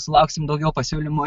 sulauksim daugiau pasiūlymų